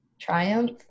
triumph